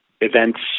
events